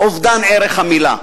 אובדן ערך המלה.